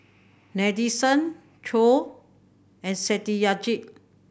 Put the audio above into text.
Nadesan Choor and Satyajit